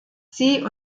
sie